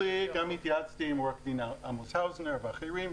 התייעצתי גם עם עורך הדין עמוס האוזנר ואחרים,